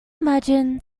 imagine